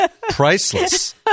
priceless